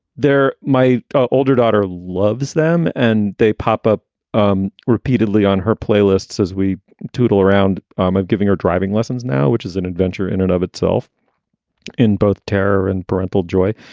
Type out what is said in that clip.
they're my older daughter loves them and they pop up um repeatedly on her playlists as we tootle around um giving her driving lessons now, which is an adventure in and of itself in both terror and parental joy.